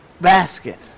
basket